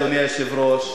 אדוני היושב-ראש,